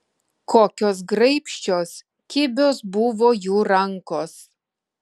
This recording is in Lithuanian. kokios graibščios kibios buvo jų rankos